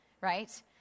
right